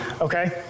okay